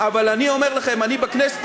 אבל אני אומר לכם, אני בכנסת,